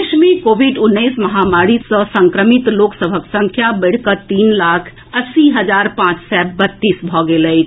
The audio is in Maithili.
देश मे कोविड उन्नैस महामारी सँ संक्रमित लोग सभक संख्या बढ़िकऽ तीन लाख अस्सी हजार पांच सय बत्तीस भऽ गेल अछि